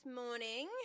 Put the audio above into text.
morning